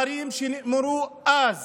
שנאמרו אז